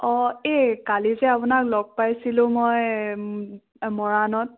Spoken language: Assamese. অঁ এই কালি যে আপোনাক লগ পাইছিলোঁ মই মৰাণত